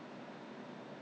对啊他给我很多